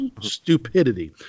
stupidity